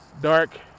dark